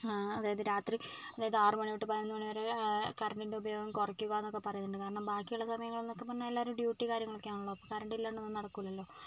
അതായത് രാത്രി അതായത് ആറ് മണി തൊട്ട് പതിനൊന്ന് മണി വരെ കറൻറ്റിന്റെ ഉപയോഗം കുറയ്ക്കുക എന്നൊക്കെ പറയുന്നുണ്ട് കാരണം ബാക്കിയുള്ള സമയങ്ങൾ എന്നൊക്കെ പറഞ്ഞാൽ എല്ലാവരും ഡ്യൂട്ടി കാര്യങ്ങളൊക്കെ ആണല്ലോ അപ്പോൾ കറൻറ്റ് ഇല്ലാണ്ടൊന്നും നടക്കില്ലല്ലോ